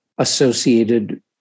Associated